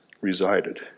resided